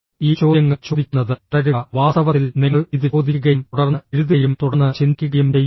ഈ ചോദ്യങ്ങൾ ചോദിക്കുന്നത് തുടരുക വാസ്തവത്തിൽ നിങ്ങൾ ഇത് ചോദിക്കുകയും തുടർന്ന് എഴുതുകയും തുടർന്ന് ചിന്തിക്കുകയും ചെയ്യുക